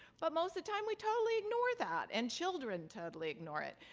but most the time, we totally ignore that, and children totally ignore it.